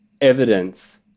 evidence